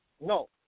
No